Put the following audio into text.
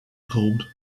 called